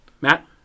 Matt